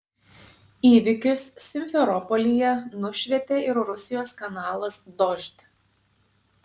įvykius simferopolyje nušvietė ir rusijos kanalas dožd